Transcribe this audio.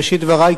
בראשית דברי,